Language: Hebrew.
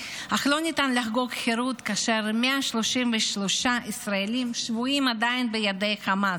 אך לא ניתן לחגוג חירות כאשר 133 ישראלים שבויים עדיין בידי חמאס.